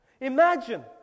imagine